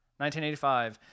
1985